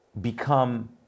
become